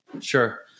Sure